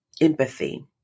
empathy